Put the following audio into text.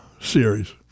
series